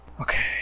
Okay